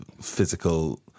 physical